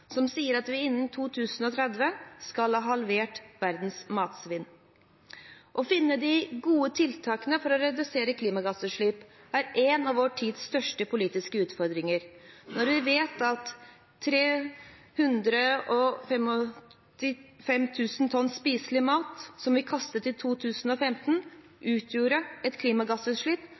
som sier at vi innen 2030 skal ha halvert verdens matsvinn. Å finne de gode tiltakene for å redusere klimagassutslipp er en av vår tids største politiske utfordringer. Når vi vet at 355 000 tonn spiselig mat som vi kastet i 2015, utgjorde et klimagassutslipp